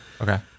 Okay